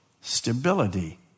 stability